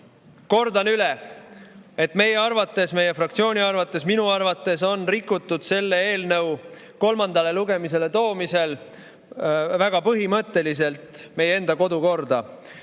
kordan üle, et meie arvates, meie fraktsiooni arvates, minu arvates on rikutud selle eelnõu kolmandale lugemisele toomisel väga põhimõtteliselt meie enda kodukorda,